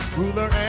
ruler